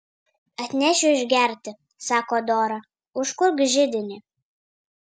atnešiu išgerti sako dora užkurk židinį